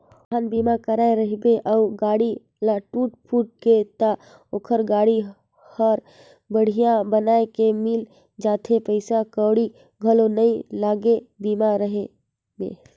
वाहन बीमा कराए रहिबे अउ गाड़ी ल टूट फूट गे त ओखर गाड़ी हर बड़िहा बनाये के मिल जाथे पइसा कउड़ी घलो नइ लागे बीमा रहें में